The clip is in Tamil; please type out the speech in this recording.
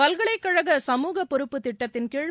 பல்கலைக்கழக சமூக பொறுப்பு திட்டத்தின்கீழ்